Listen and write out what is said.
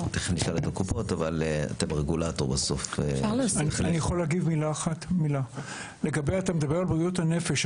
אתה מדבר על בריאות הנפש.